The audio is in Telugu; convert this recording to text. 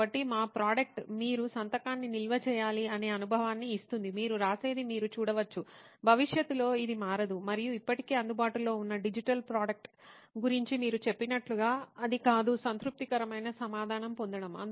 కాబట్టి మా ప్రోడక్ట్ మీరు సంతకాన్ని నిల్వ చేయాలి అనే అనుభవాన్ని ఇస్తుంది మీరు రాసేది మీరు చూడవచ్చు భవిష్యత్తులో ఇది మారదు మరియు ఇప్పటికే అందుబాటులో ఉన్న డిజిటల్ ప్రోడక్ట్ గురించి మీరు చెప్పినట్లుగా అది కాదు సంతృప్తికరమైన సమాధానం పొందడం